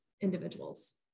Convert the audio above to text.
individuals